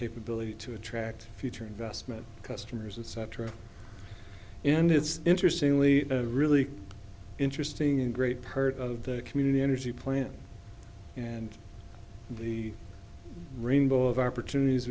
capability to attract future investment customers etc and it's interesting lee really interesting in great part of the community energy plan and the rainbow of opportunities